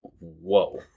Whoa